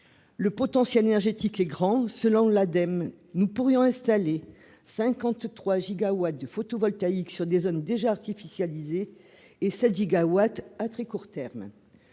le potentiel énergétique et grand selon l'Ademe, nous pourrions installer 53 gigawatts du photovoltaïque sur des zones déjà artificialiser et 7 gigawatts à très court terme,